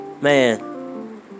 Man